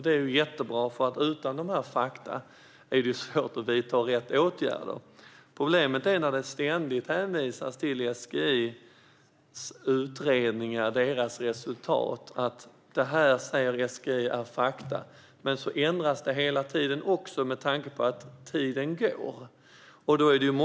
Det är bra, för utan dessa fakta är det svårt att vidta rätt åtgärder. Problemet med att ständigt hänvisa till SGI:s utredningar och resultat är att de hela tiden ändras, allt medan tiden går.